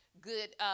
good